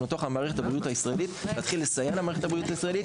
למערכת הבריאות הישראלית ונתחיל לסייע למערכת הבריאות הישראלית?